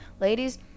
ladies